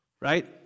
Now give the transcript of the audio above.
right